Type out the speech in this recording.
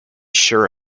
sure